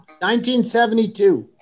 1972